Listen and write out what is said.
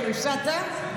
זהו, הפסדת.